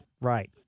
right